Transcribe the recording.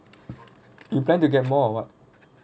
you plan to get more or what